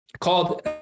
called